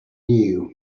new